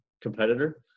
competitor